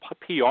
PR